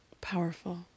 powerful